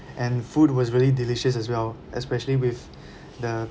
and food was really delicious as well especially with the